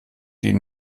die